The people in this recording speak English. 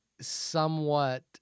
somewhat